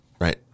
right